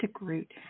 root